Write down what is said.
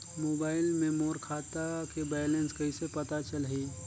Mobile मे मोर खाता के बैलेंस कइसे पता चलही?